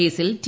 കേസിൽ ടി